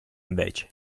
invece